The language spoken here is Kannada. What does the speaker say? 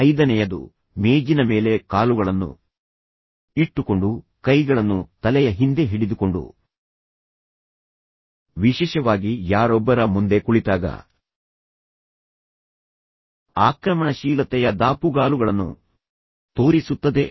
ಐದನೆಯದು ಮೇಜಿನ ಮೇಲೆ ಕಾಲುಗಳನ್ನು ಇಟ್ಟುಕೊಂಡು ಕೈಗಳನ್ನು ತಲೆಯ ಹಿಂದೆ ಹಿಡಿದುಕೊಂಡು ವಿಶೇಷವಾಗಿ ಯಾರೊಬ್ಬರ ಮುಂದೆ ಕುಳಿತಾಗ ಆಕ್ರಮಣಶೀಲತೆಯ ದಾಪುಗಾಲುಗಳನ್ನು ತೋರಿಸುತ್ತದೆ